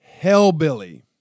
Hellbilly